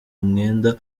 umwenda